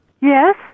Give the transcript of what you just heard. Yes